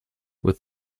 with